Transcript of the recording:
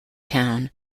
town